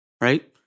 Right